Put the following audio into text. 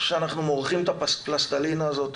שאנחנו מורחים את הפלסטלינה הזאת,